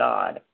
God